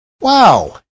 wow